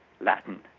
Latin